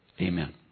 Amen